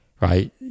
right